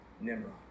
Nimrod